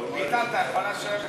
ביטן, אתה יכול לשבת גם.